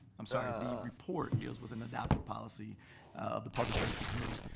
i'm sorry, the report deals with an adapted policy of the public safety committee.